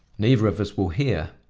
neither of us will hear.